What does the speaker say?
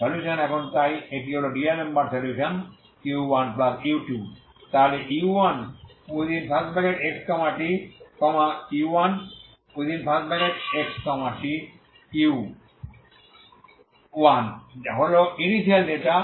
solution এখন তাই একটি হল ডিআলেমবার্ট এর DAlemberts সলিউশন u1u2 তাহলে u1xtu1xt u 1 হল ইনিশিয়াল ডেটা